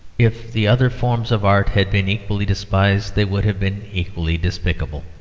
if the other forms of art had been equally despised, they would have been equally despicable.